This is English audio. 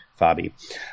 Fabi